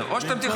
שנמצא כאן.